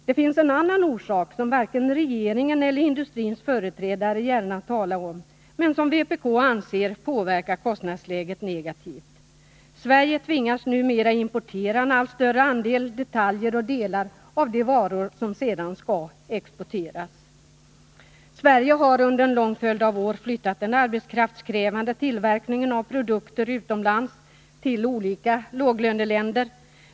Det finns enligt vpk:s mening en annan orsak till att kostnadsläget påverkas negativt, en orsak som varken regeringen eller industrins företrädare gärna talar om: Sverige tvingas numera importera en allt större andel detaljer och delar för de varor som sedan skall exporteras. Sverige har under en lång följd av år flyttat den arbetskraftskrävande tillverkningen av produkter utomlands till olika låglöneländer.